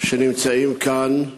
שנמצאים כאן,